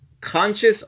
conscious